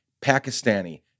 Pakistani